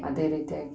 ಅದೇ ರೀತಿಯಾಗಿ